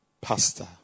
pastor